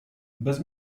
bez